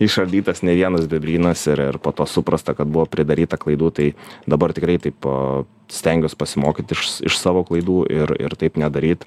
išardytas ne vienas bebrynas ir ir po to suprasta kad buvo pridaryta klaidų tai dabar tikrai taip stengiuos pasimokyti iš savo klaidų ir ir taip nedaryt